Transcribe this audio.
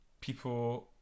people